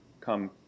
come